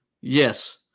Yes